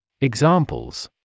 examples